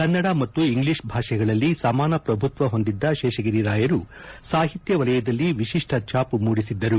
ಕನ್ನಡ ಮತ್ತು ಇಂಗ್ಲಿಷ್ ಭಾಷೆಗಳಲ್ಲಿ ಸಮಾನ ಪ್ರಭುತ್ವ ಹೊಂದಿದ್ದ ಶೇಷಗಿರಿ ರಾಯರು ಸಾಹಿತ್ಯ ವಲಯದಲ್ಲಿ ವಿತಿಷ್ಠ ಛಾಪು ಮೂಡಿಸಿದ್ದರು